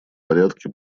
порядке